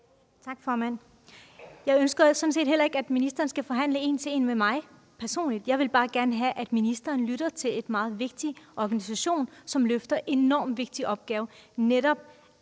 Tak, formand. Jeg ønsker sådan set heller ikke, at ministeren skal forhandle en til en med mig personligt. Jeg vil bare gerne have, at ministeren lytter til en meget vigtig organisation, som løfter en enormt vigtig opgave,